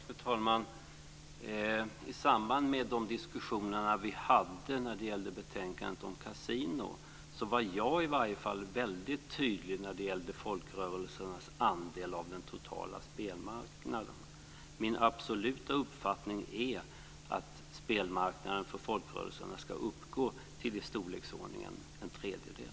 Fru talman! I samband med de diskussioner vi hade när det gällde betänkandet om kasinon var jag väldigt tydlig vad gäller folkrörelsernas andel av den totala spelmarknaden. Min absoluta uppfattning är att spelmarknaden för folkrörelserna ska uppgå till i storleksordningen en tredjedel.